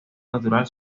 natural